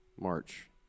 March